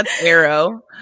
Arrow